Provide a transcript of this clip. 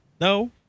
No